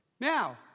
Now